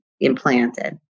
implanted